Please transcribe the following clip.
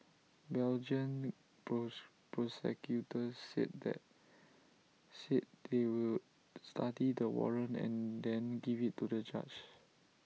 Belgian prosecutors said that said they would study the warrant and then give IT to A judge